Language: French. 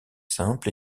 simple